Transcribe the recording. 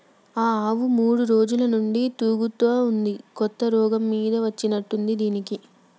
ఈ ఆవు మూడు రోజుల నుంచి తూగుతా ఉంది కొత్త రోగం మీద వచ్చినట్టుంది దీనికి